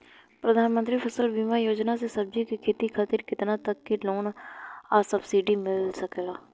प्रधानमंत्री फसल बीमा योजना से सब्जी के खेती खातिर केतना तक के लोन आ सब्सिडी मिल सकेला?